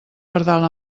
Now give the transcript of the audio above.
pardal